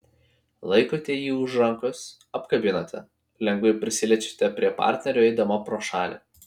laikote jį už rankos apkabinate lengvai prisiliečiate prie partnerio eidama pro šalį